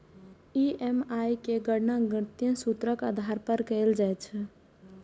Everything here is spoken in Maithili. ई.एम.आई केर गणना गणितीय सूत्रक आधार पर कैल जाइ छै